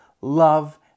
love